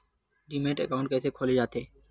Demat account कइसे खोले जाथे?